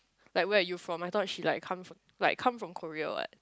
like where are you from I thought he like come like come from Korea what